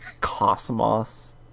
Cosmos